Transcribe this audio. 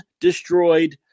destroyed